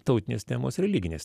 tautinės temos religinės